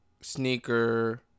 Sneaker